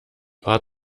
war